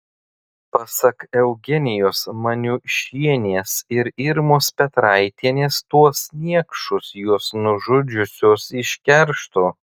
pasak eugenijos maniušienės ir irmos petraitienės tuos niekšus jos nužudžiusios iš keršto